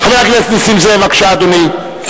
חבר הכנסת נסים זאב, בבקשה, אדוני.